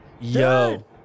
Yo